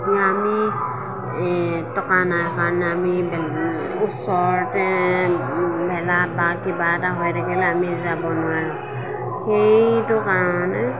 এতিয়া আমি টকা নাই কাৰণে আমি ওচৰতে মেলা বা কিবা এটা হৈ থাকিলে আমি যাব নোৱাৰোঁ সেইটো কাৰণে